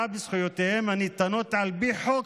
פגיעה בזכויותיהם של אסירים הניתנות על פי חוק